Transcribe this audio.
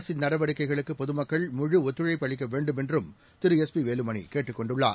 அரசின் நடவடிக்கைகளுக்குபொதுமக்கள் முழு ஒத்துழைப்பு அளிக்கவேண்டுமென்றும் திரு எஸ் பிவேலுமணிகேட்டுக் கொண்டுள்ளார்